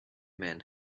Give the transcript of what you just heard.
men